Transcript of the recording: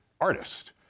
artist